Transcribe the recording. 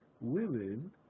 women